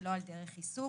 שלא על דרך עיסוק.